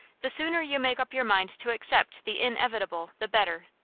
the sooner you make up your mind to accept the inevitable the better.